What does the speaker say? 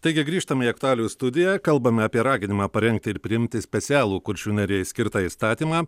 taigi grįžtame į aktualijų studiją kalbame apie raginimą parengti ir priimti specialų kuršių nerijai skirtą įstatymą